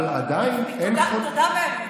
תודה באמת.